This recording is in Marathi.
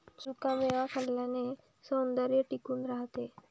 सुखा मेवा खाल्ल्याने सौंदर्य टिकून राहते